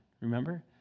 Remember